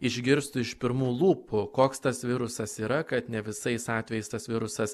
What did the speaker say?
išgirstų iš pirmų lūpų koks tas virusas yra kad ne visais atvejais tas virusas